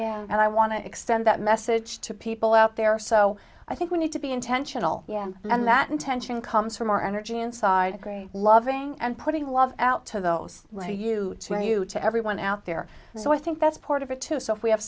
fall and i want to extend that message to people out there so i think we need to be intentional yeah and that intention comes from our energy inside loving and putting love out to those you know you to everyone out there so i think that's part of it too so if we have